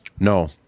No